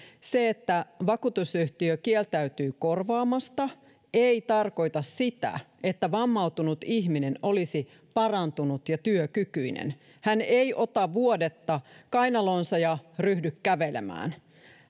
se että vakuutusyhtiö kieltäytyy korvaamasta ei tarkoita sitä että vammautunut ihminen olisi parantunut ja työkykyinen hän ei ota vuodetta kainaloonsa ja ryhdy kävelemään